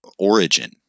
Origin